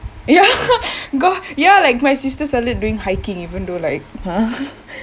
ya got ya like my sisters started doing hiking even though like